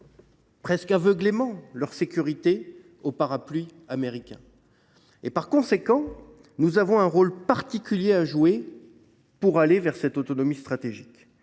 presque aveuglément leur sécurité au parapluie américain. Par conséquent, nous avons un rôle particulier à jouer pour aller vers l’autonomie stratégique.